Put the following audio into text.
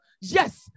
Yes